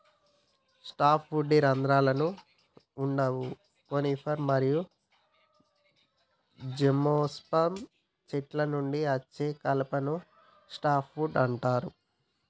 soft వుడ్కి రంధ్రాలు వుండవు కోనిఫర్ మరియు జిమ్నోస్పెర్మ్ చెట్ల నుండి అచ్చే కలపను సాఫ్ట్ వుడ్ అంటుండ్రు